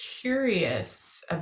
curious